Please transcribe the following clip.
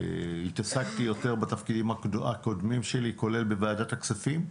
התעסקתי יותר בתפקידים הקודמים שלי כולל בוועדת הכספים,